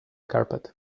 carpet